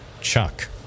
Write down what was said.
Chuck